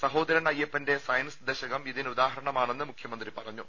സഹോദരൻ അയ്യപ്പന്റെ സയൻസ് ദശകം ഇതിന് ഉദാഹരണമാണെന്ന് മുഖമന്ത്രി പറഞ്ഞു